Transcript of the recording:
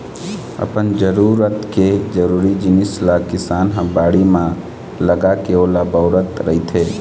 अपन जरूरत के जरुरी जिनिस ल किसान ह बाड़ी म लगाके ओला बउरत रहिथे